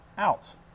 out